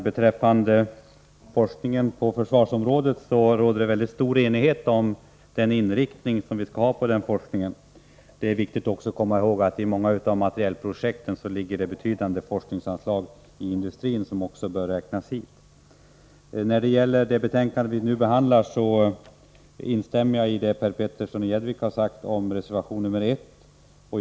Herr talman! Det råder stor enighet om den inriktning vi skall ha på forskningen på försvarsområdet. Det är viktigt att också komma ihåg att det i många av materielprojekten ligger betydande forskningsanslag i industrin, som också bör räknas dit. När det gäller det betänkande vi nu behandlar instämmer jag i vad Per Petersson i Gäddvik har sagt om reservation nr 1.